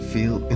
Feel